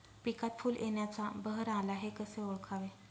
पिकात फूल येण्याचा बहर आला हे कसे ओळखावे?